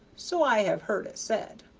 so i have heard it said.